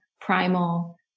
primal